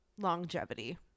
longevity